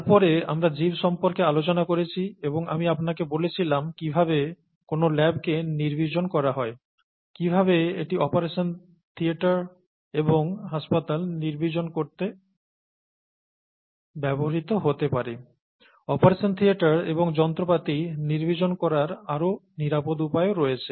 তারপরে আমরা জীব সম্পর্কে আলোচনা করেছি এবং আমি আপনাকে বলেছিলাম কীভাবে কোনও ল্যাবকে জীবাণুমুক্ত করা হয় কীভাবে এটি অপারেশন থিয়েটার এবং হাসপাতাল জীবাণুমুক্ত করতে ব্যবহৃত হতে পারে অপারেশন থিয়েটার এবং যন্ত্রপাতি নির্বীজন করার আরও নিরাপদ উপায়ও রয়েছে